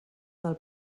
del